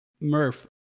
Murph